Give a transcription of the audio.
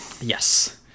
Yes